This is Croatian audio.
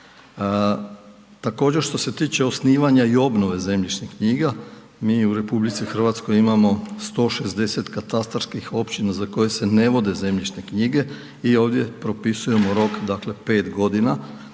Također, što se tiče osnivanja i obnove zemljišnih knjiga mi u RH imamo 160 katastarskih općina za koje se ne vode zemljišne knjige i ovdje propisujemo rok, dakle 5 godina